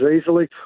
easily